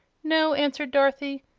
no, answered dorothy.